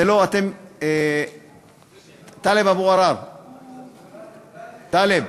טלב אבו עראר, טלב,